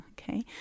okay